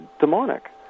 demonic